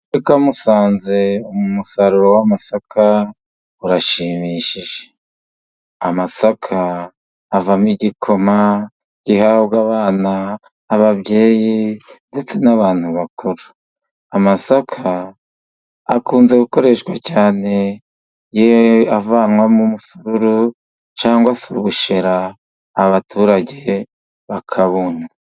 Mu karere ka Musanze umusaruro w'amasaka urashimishije, amasaka avamo igikoma gihabwa abana n'ababyeyi ndetse n'abantu bakuru. Amasaka akunze gukoreshwa cyane avanwamo umusururu cyangwa se ubushera abaturage bakabunwa.